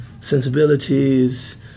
sensibilities